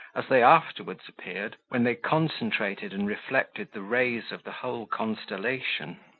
as they afterwards appeared, when they concentrated and reflected the rays of the whole constellation.